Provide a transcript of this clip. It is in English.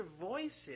voices